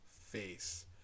face